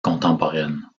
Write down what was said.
contemporaine